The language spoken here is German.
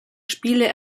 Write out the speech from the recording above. spiele